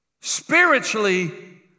Spiritually